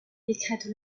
décrète